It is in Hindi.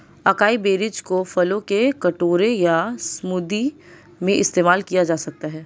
अकाई बेरीज को फलों के कटोरे या स्मूदी में इस्तेमाल किया जा सकता है